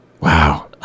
Wow